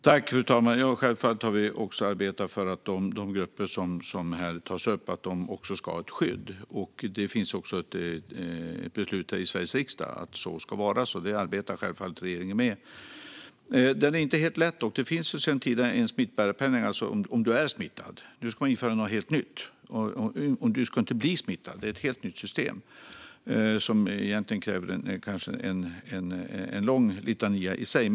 Fru talman! Självfallet har vi arbetat för att även de grupper som här tas upp ska ha ett skydd. Det finns också ett beslut här i Sveriges riksdag om att så ska vara, så det arbetar självfallet regeringen med. Detta är dock inte helt lätt. Det finns sedan tidigare en smittbärarpenning som gäller dem som är smittade. Nu ska det införas något helt nytt. Man ska inte bli smittad. Det är ett helt nytt system som egentligen kanske kräver en lång litania i sig.